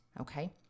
Okay